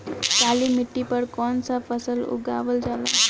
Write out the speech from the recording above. काली मिट्टी पर कौन सा फ़सल उगावल जाला?